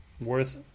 worth